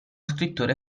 scrittore